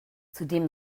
zudem